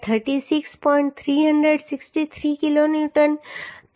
363 kilonewton છે